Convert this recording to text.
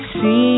See